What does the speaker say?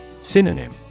Synonym